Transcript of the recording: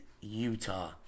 Utah